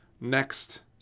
next